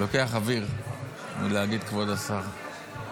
לוקח אוויר מלהגיד כבוד השר.